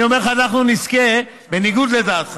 אני אומר לך, אנחנו נזכה, בניגוד לדעתך.